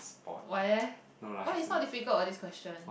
why eh why it's not difficult [what] this question